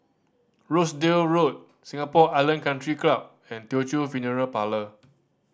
Rochdale Road Singapore Island Country Club and Teochew Funeral Parlour